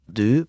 du